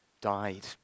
Died